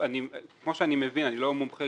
כמו שאני מבין - אני לא מומחה